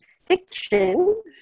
fiction